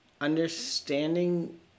understanding